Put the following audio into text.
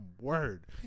word